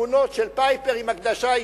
תמונות של "פייפר" עם הקדשה אישית,